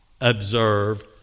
observe